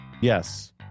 Yes